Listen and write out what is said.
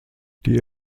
die